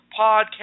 podcast